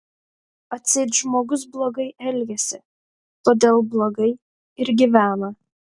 atseit žmogus blogai elgiasi todėl blogai ir gyvena